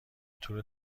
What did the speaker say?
تور